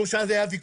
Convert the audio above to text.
פעם היה ויכוח